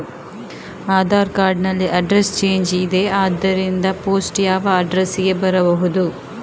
Aadhaar card ನಲ್ಲಿ address change ಇದೆ ಆದ್ದರಿಂದ ಪೋಸ್ಟ್ ಯಾವ ಅಡ್ರೆಸ್ ಗೆ ಬರಬಹುದು?